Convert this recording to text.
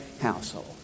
household